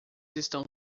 estão